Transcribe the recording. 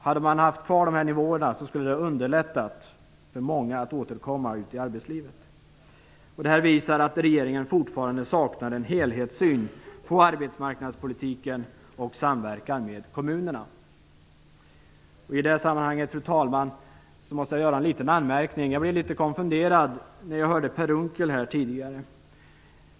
Hade man haft kvar de här nivåerna skulle det ha underlättat för många att återkomma ut i arbetslivet. Detta visar att regeringen fortfarande saknar en helhetssyn på arbetsmarknadspolitiken och samverkan med kommunerna. Fru talman! I det här sammanhanget måste jag göra en liten anmärkning. Jag blev litet konfunderad när jag hörde Per Unckel tidigare.